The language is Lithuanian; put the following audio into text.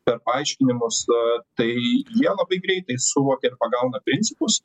per paaiškinimus a tai jie labai greitai suvokia ir pagauna principus